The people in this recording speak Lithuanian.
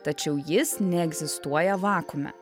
tačiau jis neegzistuoja vakuume